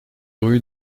rue